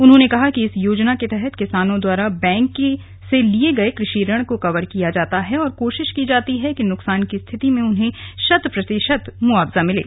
उन्होंने कहा कि इस योजना के तहत किसानों द्वारा बैंक से लिए गए कृषि ऋण को कवर किया जाता है और कोशिश की जाती है कि नुकसान की स्थिति में उन्हें शत प्रतिशत मुआवजा मिले